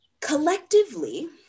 collectively